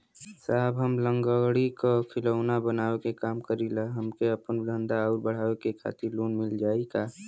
साहब हम लंगड़ी क खिलौना बनावे क काम करी ला हमके आपन धंधा अउर बढ़ावे के खातिर लोन मिल जाई का?